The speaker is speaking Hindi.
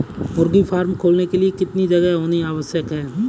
मुर्गी फार्म खोलने के लिए कितनी जगह होनी आवश्यक है?